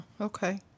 okay